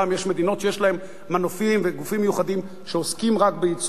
יש מדינות שיש להן מנופים וגופים מיוחדים שעוסקים רק בייצוא.